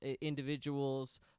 individuals